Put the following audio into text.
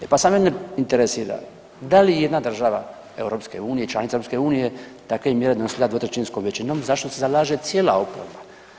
E pa samo jedno me interesira da li i jedna država EU, članica EU takve mjere donosila dvotrećinskom većinom za što se zalaže cijela oporba.